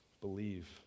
believe